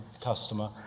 customer